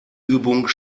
übung